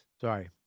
Sorry